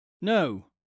no